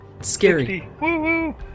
Scary